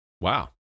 Wow